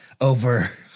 over